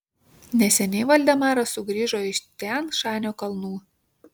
neseniai valdemaras sugrįžo iš tian šanio kalnų